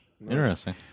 Interesting